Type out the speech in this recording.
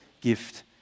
gift